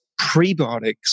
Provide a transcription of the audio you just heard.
prebiotics